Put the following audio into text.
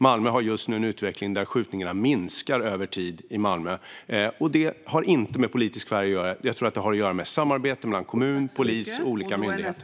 Malmö har just nu en utveckling där skjutningarna minskar över tid. Det har inte med politisk färg att göra. Jag tror att det har att göra med samarbete mellan kommun, polis och olika myndigheter.